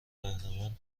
قهرمان